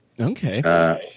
Okay